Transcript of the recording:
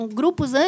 grupos